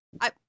I-